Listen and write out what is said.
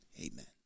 Amen